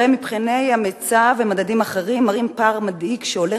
הרי מבחני המיצ"ב ומדדים אחרים מראים פער מדאיג שהולך